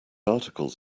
articles